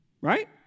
Right